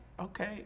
Okay